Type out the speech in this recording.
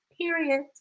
period